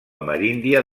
ameríndia